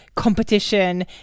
competition